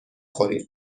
خوریم